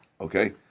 Okay